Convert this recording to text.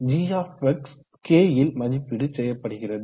g k ல் மதிப்பீடு செய்யப்படுகிறது